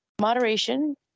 moderation